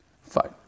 Fine